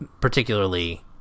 particularly